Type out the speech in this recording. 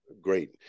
great